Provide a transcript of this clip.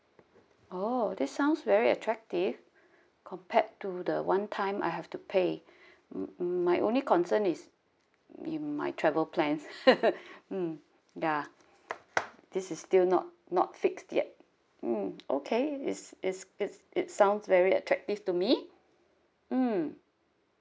oh this sounds very attractive compared to the one time I have to pay mm mm my only concern is in my travel plans mm ya this is still not not fixed yet mm okay is is it's it sounds very attractive to me mm